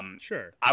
Sure